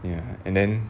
ya and then